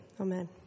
Amen